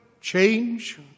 change